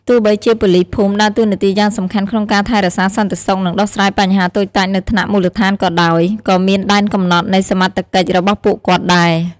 ទោះបីជាប៉ូលីសភូមិដើរតួនាទីយ៉ាងសំខាន់ក្នុងការថែរក្សាសន្តិសុខ និងដោះស្រាយបញ្ហាតូចតាចនៅថ្នាក់មូលដ្ឋានក៏ដោយ ក៏មានដែនកំណត់នៃសមត្ថកិច្ចរបស់ពួកគាត់ដែរ។